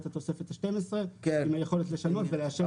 התוספת ה-12 עם היכולת לשנות ולאשר.